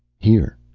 here.